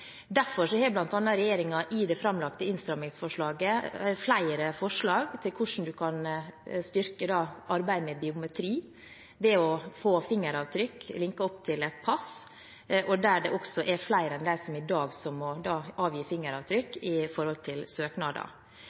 Derfor har bl.a. regjeringen i det framlagte innstramningsforslaget flere forslag til hvordan en kan styrke arbeidet med biometri – det å få fingeravtrykk linket opp til et pass – og at flere enn i dag må avgi fingeravtrykk i forbindelse med søknader.